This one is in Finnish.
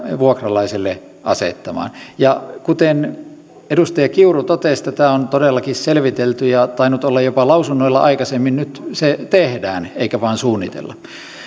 vuokralaiselle asettamaan kuten edustaja kiuru totesi tätä on todellakin selvitelty ja on tainnut olla jopa lausunnoilla aikaisemmin nyt se tehdään eikä vain suunnitella